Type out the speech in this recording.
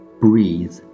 breathe